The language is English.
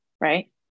right